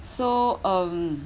so um